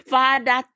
Father